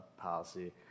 policy